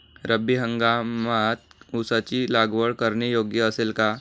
रब्बी हंगामात ऊसाची लागवड करणे योग्य असेल का?